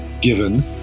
given